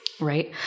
Right